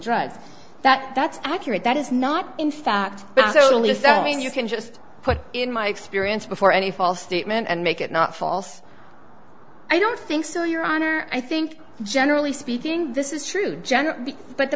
drugs that that's accurate that is not in fact but certainly so i mean you can just put in my experience before any false statement and make it not false i don't think so your honor i think generally speaking this is true general but the